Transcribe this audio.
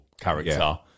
character